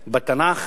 שנאמר בתנ"ך: